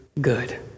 good